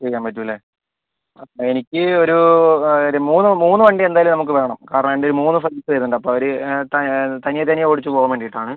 ചെയ്യാൻ പറ്റും അല്ലേ എനിക്ക് ഒരു ഒരു മൂന്ന് മൂന്ന് വണ്ടി എന്തായാലും നമുക്ക് വേണം കാരണം എൻ്റെ ഒരു മൂന്ന് ഫ്രണ്ട്സ് വരുന്നുണ്ട് അപ്പോൾ അവർ ത തനിയെ തനിയെ ഓടിച്ചു പോവാൻ വേണ്ടിയിട്ടാണ്